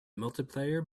multiplayer